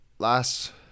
Last